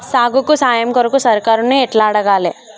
సాగుకు సాయం కొరకు సర్కారుని ఎట్ల అడగాలే?